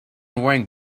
wearing